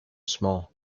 small